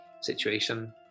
situation